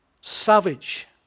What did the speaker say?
Savage